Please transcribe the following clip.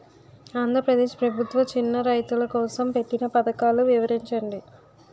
ఆంధ్రప్రదేశ్ ప్రభుత్వ చిన్నా రైతుల కోసం పెట్టిన పథకాలు వివరించండి?